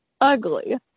ugly